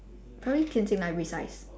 probably tianjin library size